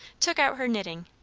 took out her knitting,